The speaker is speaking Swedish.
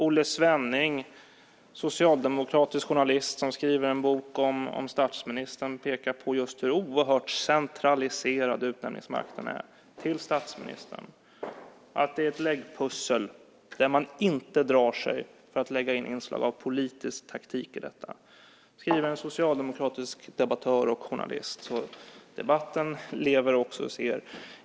Olle Svenning, socialdemokratisk journalist som skriver en bok om statsministern, pekar just på hur oerhört centraliserad till statsministern utnämningsmakten är. Det är ett läggpussel där man inte drar sig för att lägga in inslag av politisk taktik. Det skriver en socialdemokratisk debattör och journalist. Debatten lever också hos er.